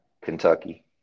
Kentucky